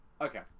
Okay